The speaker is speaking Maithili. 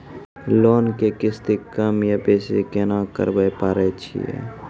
लोन के किस्ती कम या बेसी केना करबै पारे छियै?